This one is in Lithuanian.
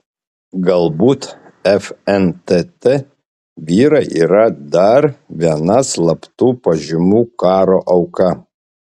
galbūt fntt vyrai yra dar viena slaptų pažymų karo auka